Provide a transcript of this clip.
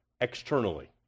externally